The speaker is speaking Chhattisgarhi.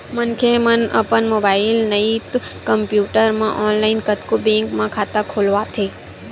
मनखे मन अपन मोबाईल नइते कम्प्यूटर म ऑनलाईन कतको बेंक म खाता खोलवाथे